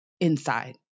inside